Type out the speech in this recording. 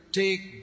take